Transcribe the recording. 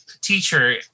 teacher